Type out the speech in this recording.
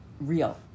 real